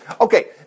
Okay